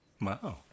Wow